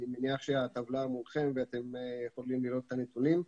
אני מניח שהטבלה מולכם ואתם יכולים לראות את הנתונים.